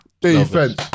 defense